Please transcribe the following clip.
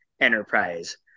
enterprise